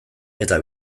eta